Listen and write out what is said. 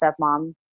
stepmom